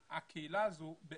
מקובל, אין בעיה.